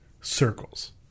circles